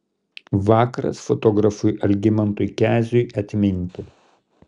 vakaras fotografui algimantui keziui atminti